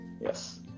Yes